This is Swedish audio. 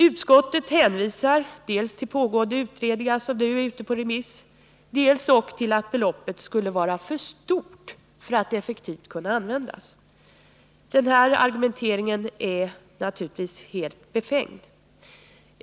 Utskottet hänvisar dels till pågående utredningar som nu är ute på remiss, dels till att beloppet skulle vara för stort för att effektivt kunna användas. Den här argumenteringen är naturligtvis helt befängd.